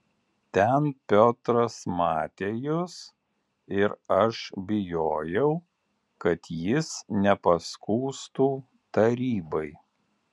ten piotras matė jus ir aš bijojau kad jis nepaskųstų tarybai